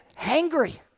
hangry